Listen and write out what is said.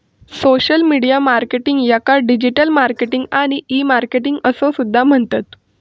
social media marketing याका digital marketing आणि e marketing असो सुद्धा म्हणतत